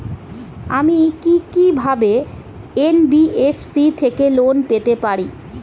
আমি কি কিভাবে এন.বি.এফ.সি থেকে লোন পেতে পারি?